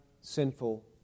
sinful